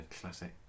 classic